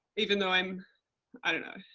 even though, um i don't know,